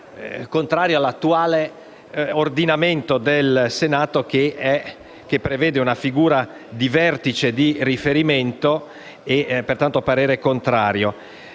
contrario all'attuale ordinamento del Senato, che prevede una figura di vertice di riferimento. Esprimo parere contrario